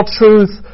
truth